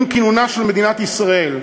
עם כינונה של מדינת ישראל,